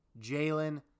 Jalen